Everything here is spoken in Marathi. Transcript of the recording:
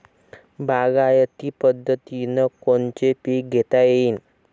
बागायती पद्धतीनं कोनचे पीक घेता येईन?